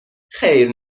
خیر